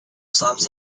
sums